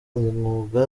umwuga